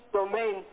domain